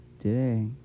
Today